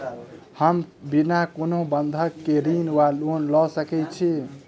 हम बिना कोनो बंधक केँ ऋण वा लोन लऽ सकै छी?